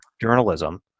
journalism